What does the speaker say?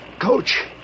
Coach